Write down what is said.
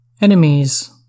Enemies